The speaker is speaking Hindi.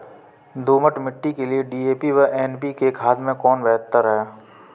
दोमट मिट्टी के लिए डी.ए.पी एवं एन.पी.के खाद में कौन बेहतर है?